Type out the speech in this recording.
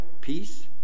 peace